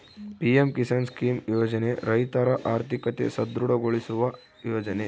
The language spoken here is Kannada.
ಪಿ.ಎಂ ಕಿಸಾನ್ ಸ್ಕೀಮ್ ಯೋಜನೆ ರೈತರ ಆರ್ಥಿಕತೆ ಸದೃಢ ಗೊಳಿಸುವ ಯೋಜನೆ